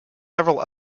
several